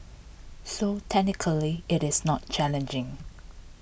so technically IT is not challenging